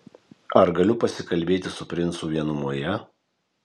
ar galiu pasikalbėti su princu vienumoje